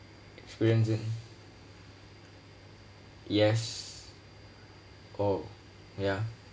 experience in yes oh ya